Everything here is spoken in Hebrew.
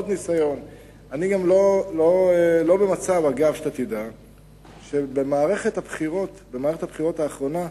אני גם לא במצב שבמערכת הבחירות האחרונה,